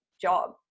job